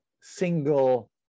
single